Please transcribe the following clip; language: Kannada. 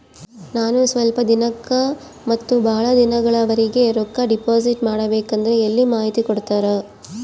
ನಾನು ಸ್ವಲ್ಪ ದಿನಕ್ಕ ಮತ್ತ ಬಹಳ ದಿನಗಳವರೆಗೆ ರೊಕ್ಕ ಡಿಪಾಸಿಟ್ ಮಾಡಬೇಕಂದ್ರ ಎಲ್ಲಿ ಮಾಹಿತಿ ಕೊಡ್ತೇರಾ?